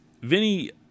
Vinny